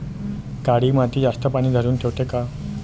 काळी माती जास्त पानी धरुन ठेवते का?